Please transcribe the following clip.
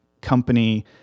company